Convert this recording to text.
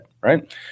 right